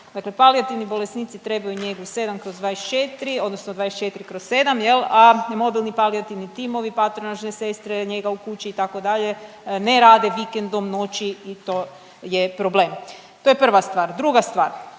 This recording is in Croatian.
Dakle, palijativni bolesnici trebaju njegu 7/24 odnosno 24/7 jel, a mobilni palijativni timovi, patronažne sestre, njega u kući itd. ne rade vikendom, noći i to je problem. To je prva stvar. Druga stvar,